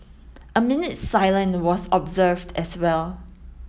a minute's silence was observed as well